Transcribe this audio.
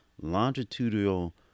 longitudinal